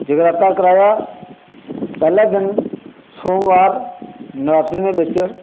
जगराता कराया पैह्ले दिन सोमबार नरातें दे बिच्च